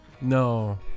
No